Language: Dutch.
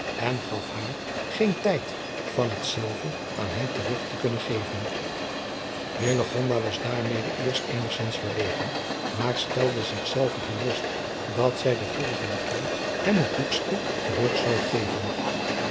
en gaf haar geen tijd van het zelve aan hem te rug te kunnen geven hillegonda was daarmede eerst eenigzins verlegen maar stelde zich zelve gerust dat zij den volgenden keer hem het boekske terug zou geven